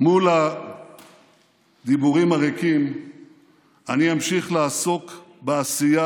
מול הדיבורים הריקים אני אמשיך לעסוק בעשייה